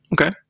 Okay